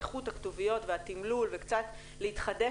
איכות הכתוביות והתמלול וקצת להתחדש